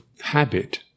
habit